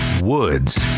Woods